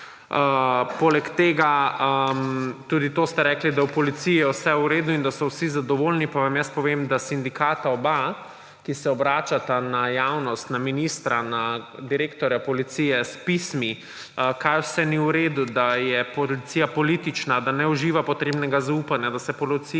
Poleg tega, tudi to ste rekli, da v policiji je vse v redu in da so vsi zadovoljni. Pa vam jaz povem, da oba sindikata, ki se obračata na javnost, na ministra, na direktorja policije s pismi, kaj vse ni v redu, da je policija politična, da ne uživa potrebnega zaupanja, da se policiji